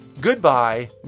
goodbye